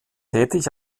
tätig